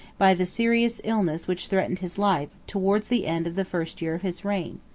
by the serious illness which threatened his life, towards the end of the first year of his reign.